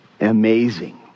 Amazing